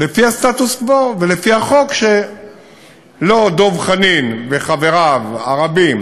לפי הסטטוס קוו ולפי החוק שדב חנין וחבריו הרבים